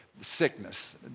sickness